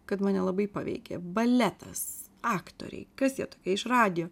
kad mane labai paveikė baletas aktoriai kas jie tokie iš radijo